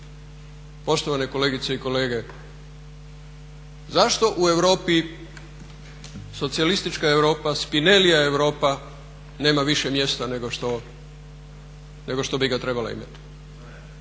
poštovane kolegice i kolege zašto u Europi socijalistička Europa, Spinellijeva Europa nema više mjesta nego što bi ga trebala imati?